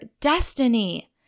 destiny